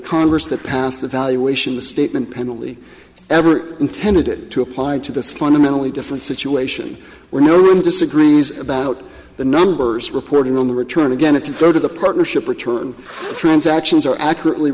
congress that passed the valuation the statement penalty ever intended it to apply to this fundamentally different situation where no one disagrees about the numbers reporting on the return again if you go to the partnership return transactions are accurately